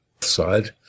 side